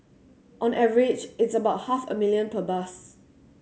on average it's about half a million per bus